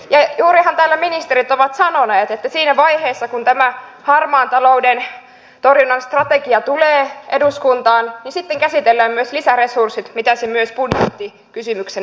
ja juurihan täällä ministerit ovat sanoneet että siinä vaiheessa kun tämä harmaan talouden torjunnan strategia tulee eduskuntaan käsitellään myös lisäresurssit mitä se myös budjettikysymyksenä vaatisi